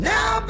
Now